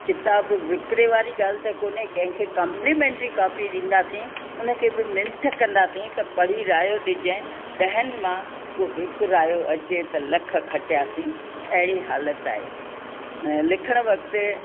किताबु विकिरे वारी ॻाल्हि त कोन्हे कंहिं खे कॉम्पलीमेंट्री कॉपी ॾींदासीं उन खे भी मिंथ कंदासीं त पढ़ी रायो ॾिजां ॾहनि मां को हिकु रायो अचे त लख खटियासीं अहिड़ी हालत आहे लिखणु वक़्तु